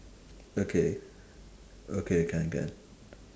okay okay can can